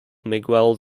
miguel